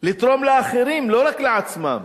לתרום לאחרים ולא רק לעצמם,